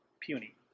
Puny